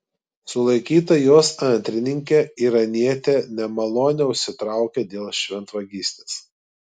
sulaikyta jos antrininkė iranietė nemalonę užsitraukė dėl šventvagystės